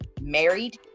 married